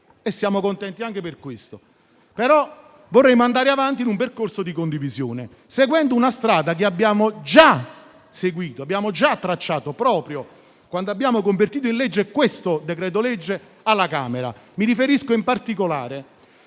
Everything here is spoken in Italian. siamo contenti; tuttavia, vorremmo andare avanti in un percorso di condivisione, seguendo una strada che abbiamo già tracciato, proprio quando abbiamo convertito in legge questo decreto-legge alla Camera. Mi riferisco in particolare